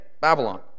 Babylon